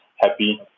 happy